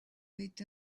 wait